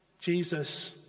Jesus